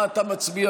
מה אתה מצביע?